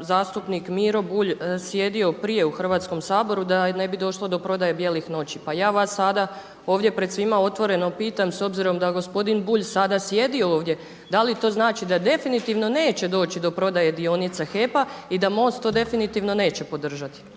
zastupnik Miro Bulj sjedio prije u Hrvatskom saboru da ne bi došlo do prodaje bijelih noći. Pa ja vas sada ovdje pred svima otvoreno pitam, s obzirom da gospodin Bulj sada sjedi ovdje, da li to znači da definitivno neće doći do prodaje dionice HEP-a i da MOST to definitivno neće podržati.